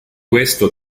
questo